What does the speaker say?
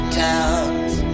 towns